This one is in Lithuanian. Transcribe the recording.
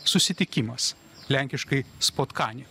susitikimas lenkiškai spotkani